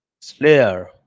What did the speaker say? Slayer